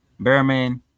Bearman